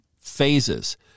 phases